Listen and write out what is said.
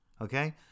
Okay